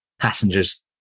passengers